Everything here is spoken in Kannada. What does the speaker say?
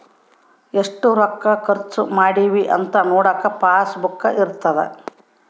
ಎಷ್ಟ ರೊಕ್ಕ ಖರ್ಚ ಮಾಡಿವಿ ಅಂತ ನೋಡಕ ಪಾಸ್ ಬುಕ್ ಇರ್ತದ